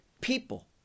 people